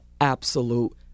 absolute